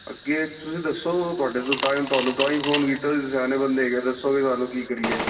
ਅੱਗੇ ਤੁਸੀਂ ਦੱਸੋ ਤੁਹਾਡੇ ਤੋਂ ਤਾਂ ਤੁਹਾਨੂੰ ਤਾਂ ਹੀ ਫੋਨ ਕੀਤਾ ਤੁਸੀਂ ਸਿਆਣੇ ਬੰਦੇ ਹੈਗੇ ਦੱਸੋਗੇ ਸਾਨੂੰ ਕੀ ਕਰੀਏ